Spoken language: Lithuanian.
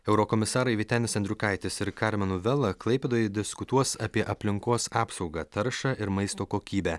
eurokomisarai vytenis andriukaitis ir karmenu vela klaipėdoje diskutuos apie aplinkos apsaugą taršą ir maisto kokybę